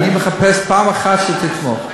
מחפש פעם אחת שתתמוך.